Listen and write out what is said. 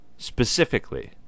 specifically